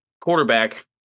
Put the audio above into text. quarterback